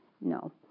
no